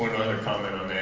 other comment on that